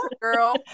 girl